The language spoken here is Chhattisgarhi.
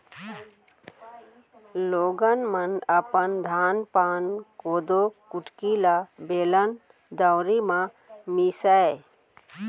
लोगन मन अपन धान पान, कोदो कुटकी ल बेलन, दउंरी म मीसय